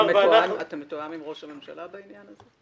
מתואם עם ראש הממשלה בעניין הזה?